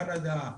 קנדה,